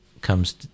comes